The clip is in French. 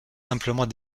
simplement